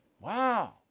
Wow